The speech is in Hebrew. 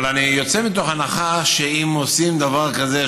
אבל אני יוצא מתוך הנחה שאם עושים דבר כזה,